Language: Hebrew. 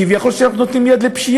כביכול אנחנו נותנים יד לפשיעה,